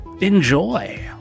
Enjoy